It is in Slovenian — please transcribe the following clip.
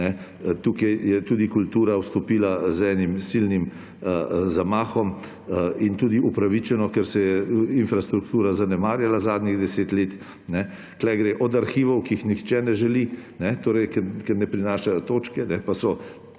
tukaj je tudi kultura vstopila z enim silnim zamahom in tudi upravičeno, ker se je infrastruktura zanemarjala zadnjih deset let. Tukaj gre od arhivov, ki jih nihče ne želi, ker ne prinašajo točk, pa so